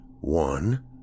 One